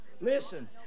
listen